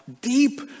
deep